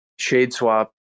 Shadeswap